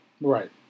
Right